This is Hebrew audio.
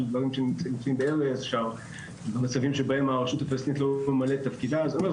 דברים שנמצאים ב --- מצבים שבהם הרשות הפלסטינית לא ממלאת את תפקידה,